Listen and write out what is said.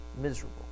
miserable